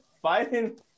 fighting